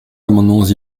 amendements